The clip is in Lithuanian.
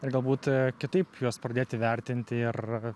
ir galbūt kitaip juos pradėti vertinti ir